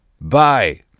bye